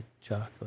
chocolate